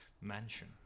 mansion